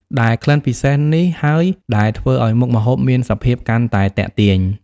ដែល ក្លិនពិសេសនេះហើយដែលធ្វើឲ្យមុខម្ហូបមានសភាពកាន់តែទាក់ទាញ។